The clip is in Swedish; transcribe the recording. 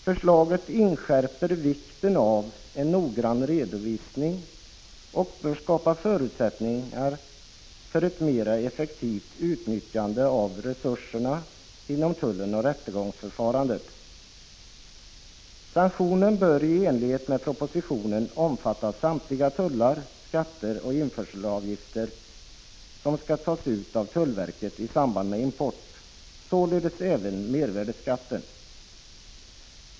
Förslaget inskärper vikten av en noggrann redovisning och bör skapa förutsättningar för ett mer effektivt utnyttjande av resurserna inom tullen och rättegångsförfarandet. Sanktionen bör i enlighet med propositionen omfatta samtliga tullar, skatter och införselavgifter som skall tas ut av tullverket i samband med import — således även mervärdeskatten.